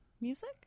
music